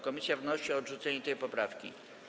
Komisja wnosi o odrzucenie tej poprawki.